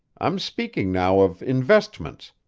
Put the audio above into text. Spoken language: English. i'm speaking now of investments,